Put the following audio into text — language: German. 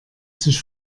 sich